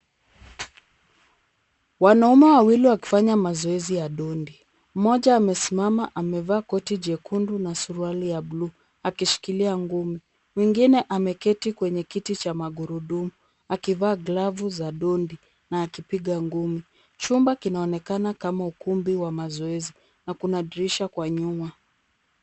Wanaume wawili wakifanya mazoezi ya ndondi. Mmoja amesimama amevaa koti jekundu na suruali ya blue akishikilia ngumi. Mwingine ameketi kwenye kiti cha magurudumu akivaa glavu za ndondi na akipiga ngumi. Chumba kinaonekana kama ukumbi wa mazoezi na kuna dirisha kwa nyuma.